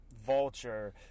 Vulture